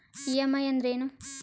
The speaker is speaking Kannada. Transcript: ಇ.ಎಂ.ಐ ಅಂದ್ರೇನು?